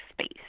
space